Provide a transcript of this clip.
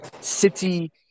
City